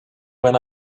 when